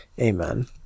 Amen